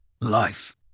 Life